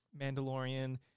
Mandalorian